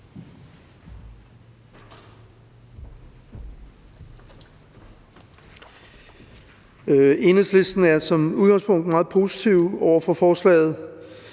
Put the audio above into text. Enhedslisten er som sagt positiv over for forslagets